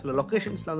locations